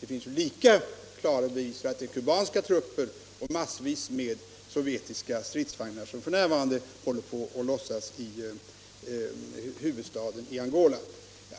Det finns ju lika klara bevis för att kubanska trupper och massvis med sovjetiska stridsvagnar f. n. håller på att föras in i Angolas huvudstad